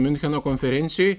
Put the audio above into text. miuncheno konferencijoj